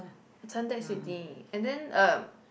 Suntec-City and then um